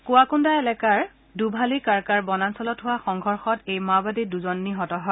কুৱাকোণ্ডা এলেকাৰ দুভালীকাৰ্কাৰ বনাঞ্চলত হোৱা সংঘৰ্ষত এই মাওবাদী দুজন নিহত হয়